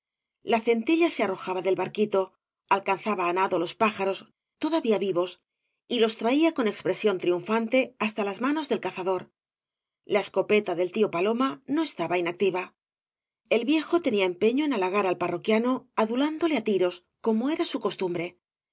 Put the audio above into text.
la centella se arrojaba del barquito alcanzaba á nado los pájaros todavía vivos y los traía con expresión triunfante basta las manos del cazador la escopeta del tío paloma no estaba inactiva el viejo tenía empeño en halagar al parroquiano adulándole á tiros como era su costumbre